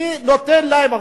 מי נותן להם?